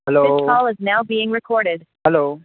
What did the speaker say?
hello this call is now being recorded hello